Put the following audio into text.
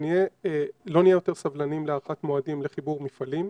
שאנחנו לא נהיה יותר סבלניים להארכת מועדים לחיבור מפעלים.